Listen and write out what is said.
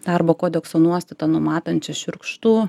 darbo kodekso nuostatą numatančią šiurkštų